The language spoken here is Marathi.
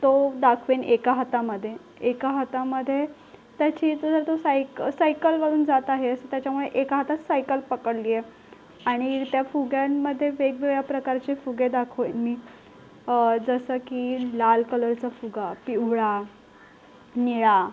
तो दाखवेन एका हातामध्ये एका हातामध्ये त्याची इथं जर सायक सायकलवरून जात आहे असं त्याच्यामुळे एका हातात सायकल पकडली आहे आणि त्या फुग्यांमध्ये वेगवेगळ्या प्रकारचे फुगे दाखवेन मी जसं की लाल कलरचा फुगा पिवळा निळा